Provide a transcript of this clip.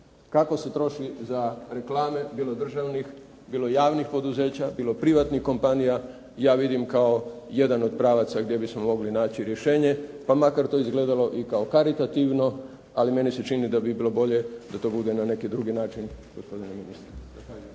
kako se troši za reklame, bilo državnih, bilo javnih poduzeća, bilo privatnih kompanija, ja vidim kao jedan od pravaca gdje bismo mogli naći rješenje, pa makar to izgledalo i kao karitativno, ali meni se čin da bi to bilo bolje da to bude na neki drugi način, gospodine ministre.